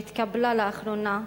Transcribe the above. שהתקבלה לאחרונה,